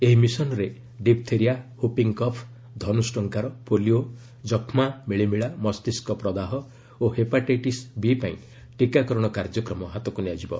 ଏହି ମିଶନ୍ରେ diphtheria whooping cough ଧନୁଷ୍ଟଙ୍କାର ପୋଲିଓ କଷ୍ମା ମିଳିମିଳା ମସ୍ତିଷ୍କ ପ୍ରଦାହ ଓ ହେପାଟାଇଟିସ୍ ବି ପାଇଁ ଟିକାକରଣ କାର୍ଯ୍ୟକ୍ରମ ହାତକୁ ନିଆଯିବ